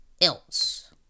else